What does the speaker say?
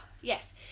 Yes